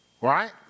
right